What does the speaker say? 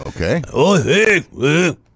Okay